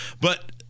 but-